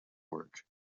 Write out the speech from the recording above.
work